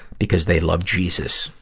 because they love jesus.